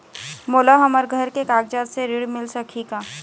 मोला हमर घर के कागजात से ऋण मिल सकही का?